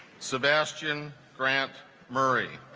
sebastian grant murray